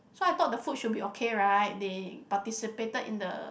so I thought the food should be okay right they participated in the